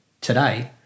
today